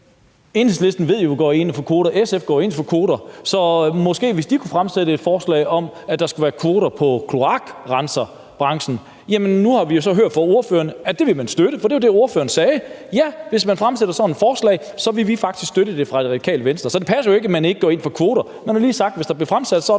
ind for kvoter, og SF går ind for kvoter, så måske kunne de fremsætte et forslag om, at der skulle være kvoter i kloakrenserbranchen. Nu har vi jo så hørt fra ordføreren, at det vil man støtte, for det var det, ordføreren sagde: Ja, hvis man fremsætter sådan et forslag, vil vi faktisk støtte det fra Det Radikale Venstres side. Så det passer jo ikke, at man ikke går ind for kvoter. Man har lige sagt, at hvis der bliver fremsat sådan